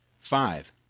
Five